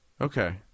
Okay